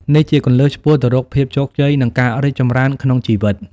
នេះជាគន្លឹះឆ្ពោះទៅរកភាពជោគជ័យ និងការរីកចម្រើនក្នុងជីវិត។